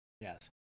Yes